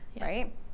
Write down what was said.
Right